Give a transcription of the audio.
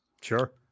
Sure